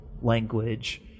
language